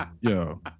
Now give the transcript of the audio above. Yo